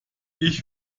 ich